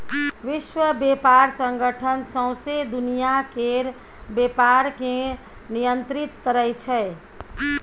विश्व बेपार संगठन सौंसे दुनियाँ केर बेपार केँ नियंत्रित करै छै